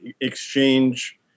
exchange